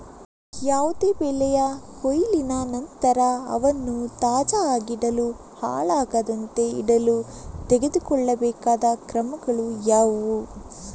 ಯಾವುದೇ ಬೆಳೆಯ ಕೊಯ್ಲಿನ ನಂತರ ಅವನ್ನು ತಾಜಾ ಆಗಿಡಲು, ಹಾಳಾಗದಂತೆ ಇಡಲು ತೆಗೆದುಕೊಳ್ಳಬೇಕಾದ ಕ್ರಮಗಳು ಯಾವುವು?